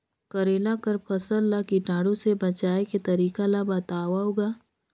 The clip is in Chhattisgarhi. करेला कर फसल ल कीटाणु से बचाय के तरीका ला बताव ग?